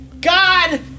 God